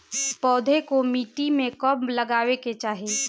पौधे को मिट्टी में कब लगावे के चाही?